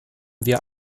wir